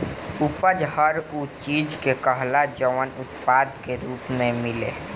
उपज हर उ चीज के कहाला जवन उत्पाद के रूप मे मिले